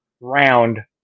round